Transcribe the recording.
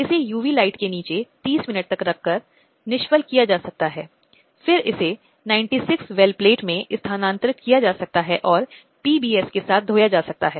अधिकारों स्वतंत्रता के बारे में उसकी समझ परिवार द्वारा पोषित होती है और यह परिवार के चारों ओर घूमती है